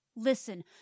Listen